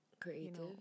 creative